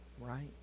right